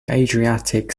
adriatic